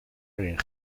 erin